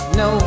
no